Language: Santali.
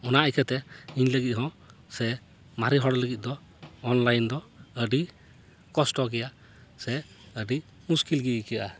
ᱚᱱᱟ ᱤᱠᱟᱹᱛᱮ ᱤᱧ ᱞᱟᱹᱜᱤᱫ ᱦᱚᱸ ᱥᱮ ᱢᱟᱨᱮ ᱦᱚᱲ ᱞᱟᱹᱜᱤᱫ ᱫᱚ ᱚᱱᱞᱟᱭᱤᱱ ᱫᱚ ᱟ ᱰᱤ ᱠᱚᱥᱴᱚ ᱜᱮᱭᱟ ᱥᱮ ᱟ ᱰᱤ ᱢᱩᱥᱠᱤᱞ ᱜᱮ ᱟᱹᱭᱠᱟᱹᱜᱼᱟ